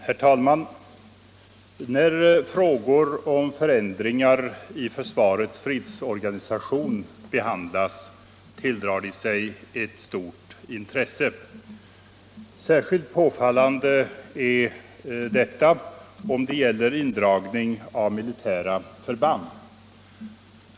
Herr talman! När frågor om förändringar i försvarets fredsorganisation behandlas tilldrar de sig stort intresse. Särskilt påfallande är detta om det gäller indragning av militära förband.